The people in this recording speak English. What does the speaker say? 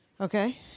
Okay